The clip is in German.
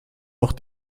auch